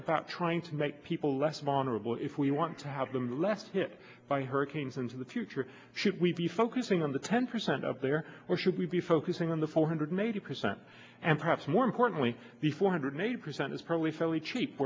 trying to make people less vulnerable if we want to have them less hit by hurricanes into the future should we be focusing on the ten percent of their or should we be focusing on the four hundred eighty percent and perhaps more importantly the four hundred eighty percent is probably fairly cheap